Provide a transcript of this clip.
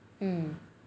hmm